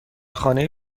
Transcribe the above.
خانه